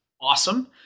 awesome